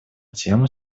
тему